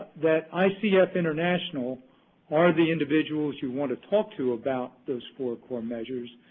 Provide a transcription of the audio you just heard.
that icf international are the individuals you want to talk to about those four core measures.